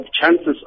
chances